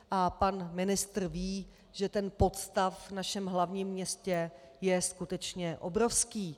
A pan ministr ví, že ten podstav v našem hlavním městě je skutečně obrovský.